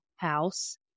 house